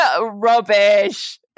Rubbish